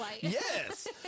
Yes